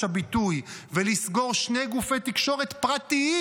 הביטוי ולסגור שני גופי תקשורת פרטיים.